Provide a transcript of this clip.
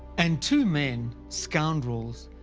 and two men, scoundrels,